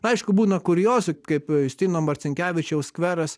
aišku būna kuriozų kaip justino marcinkevičiaus skveras